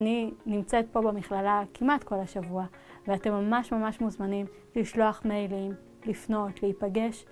אני נמצאת פה במכללה כמעט כל השבוע, ואתם ממש ממש מוזמנים לשלוח מיילים, לפנות, להיפגש ...